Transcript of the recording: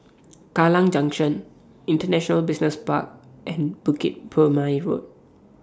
Kallang Junction International Business Park and Bukit Purmei Road